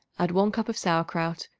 add one cup of sauerkraut,